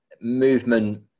movement